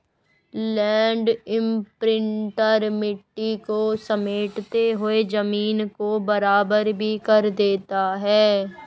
land imprinter मिट्टी को समेटते हुए जमीन को बराबर भी कर देता है